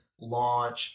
launch